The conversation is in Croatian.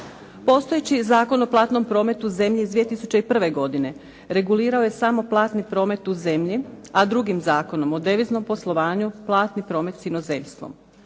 Postojeći Zakon o platnom prometu zemlje iz 2001. godine regulirao je samo platni promet u zemlji a drugim Zakonom o deviznom poslovanju platni promet s inozemstvom.